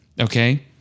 Okay